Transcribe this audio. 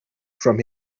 from